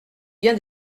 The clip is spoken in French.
bien